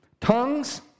Tongues